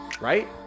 right